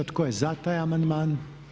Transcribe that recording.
Tko je za taj amandman?